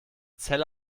zell